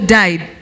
died